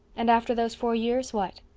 and after those four years what?